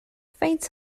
faint